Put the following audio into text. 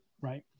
Right